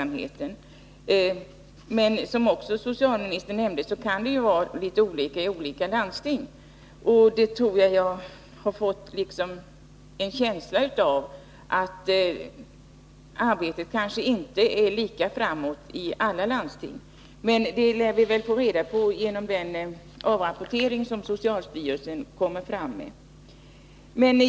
Men som socialministern nämnde kan det vara olika i olika landsting, och jag har en känsla av att arbetet inte bedrivs lika intensivt i alla landsting. Det lär vi emellertid få reda på genom socialstyrelsens avrapportering.